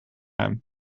hem